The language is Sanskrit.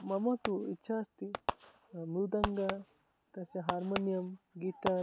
मम तु इच्छा अस्ति मृदङ्गः तस्य हार्मोन्यं गिटार्